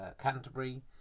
Canterbury